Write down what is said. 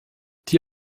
die